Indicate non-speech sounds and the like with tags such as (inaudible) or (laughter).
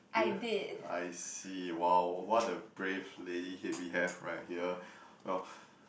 (noise) I see !wow! what a brave lady head we have right here (breath) well (breath)